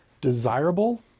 desirable